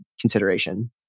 consideration